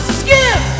skip